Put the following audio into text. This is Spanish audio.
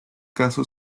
caso